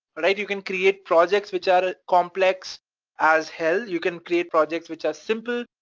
alright? you can create projects which are complex as hell. you can create projects which are simple.